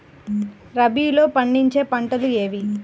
రబీలో పండించే పంటలు ఏవి?